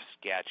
sketch